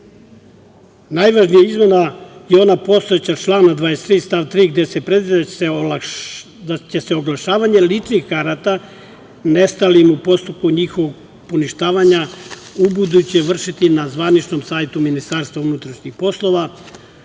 izmena je ona postojeća člana 23. stav 3. gde se predviđa da će se oglašavanje ličnih karata nestalim u postupku njihovog poništavanja ubuduće vršiti na zvaničnom sajtu Ministarstva unutrašnjih poslova,